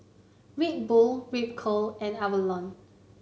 Red Bull Ripcurl and Avalon